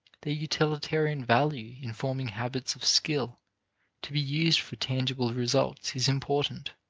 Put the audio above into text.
their utilitarian value in forming habits of skill to be used for tangible results is important,